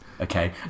Okay